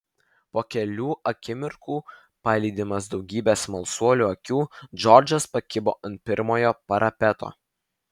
po kelių akimirkų palydimas daugybės smalsuolių akių džordžas pakibo ant pirmojo parapeto